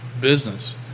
business